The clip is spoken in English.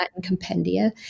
compendia